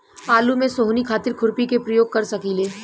आलू में सोहनी खातिर खुरपी के प्रयोग कर सकीले?